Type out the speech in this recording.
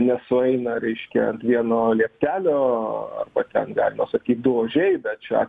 nesueina reiškia ant vieno lieptelio o ten galima sakyt du ožiai bet šiuo